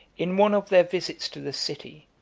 in one of their visits to the city,